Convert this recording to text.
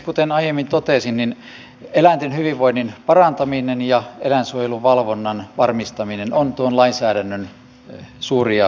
kuten aiemmin totesin eläinten hyvinvoinnin parantaminen ja eläinsuojeluvalvonnan varmistaminen ovat tuon lainsäädännön suuria tehtäviä